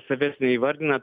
savęs neįvardina